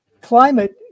climate